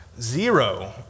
Zero